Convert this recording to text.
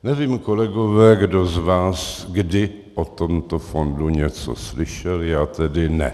Nevím, kolegové, kdo z vás kdy o tomto fondu něco slyšel, já tedy ne.